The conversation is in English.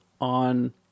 on